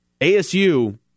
ASU